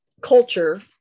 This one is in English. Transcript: culture